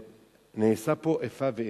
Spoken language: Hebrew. ונעשה פה איפה ואיפה.